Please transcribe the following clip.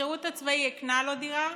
השירות הצבאי הקנה לו דירה,